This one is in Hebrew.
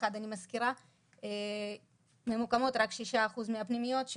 ממוקמות רק 6% מהפנימיות,